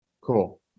Cool